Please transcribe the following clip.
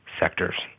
sectors